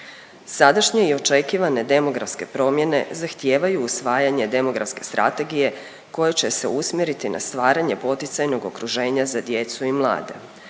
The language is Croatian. Sadašnji i očekivane demografske promjene zahtijevaju usvajanje demografske strategije koje će se usmjeriti na stvaranje poticajnog okruženja za djecu i mlade,